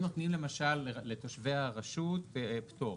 אם נותנים למשל לתושבי הרשות פטור.